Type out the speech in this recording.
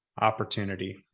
opportunity